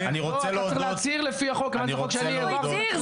אתה צריך להצהיר לפי החוק --- הוא הצהיר,